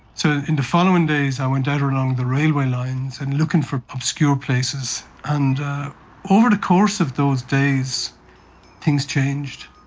so in the following days i went out along the railway lines and looking for obscure places, and over the course of those days things changed,